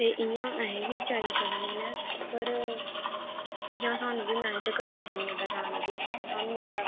ते इ'यां अहीं बी जाई सकने न पर इ'यां सानूं बी मैह्नत करनी ऐ पौनी अग्गें जाने दी सानूं